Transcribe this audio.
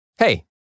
Hey